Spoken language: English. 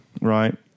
Right